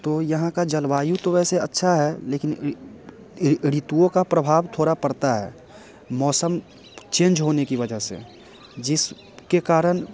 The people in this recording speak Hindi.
तो यहाँ का जलवायु तो वैसे अच्छी है लेकिन ऋतुओं का प्रभाव थोड़ा पड़ता है मौसम चेंज होने की वजह से जिस के कारण